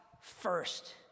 first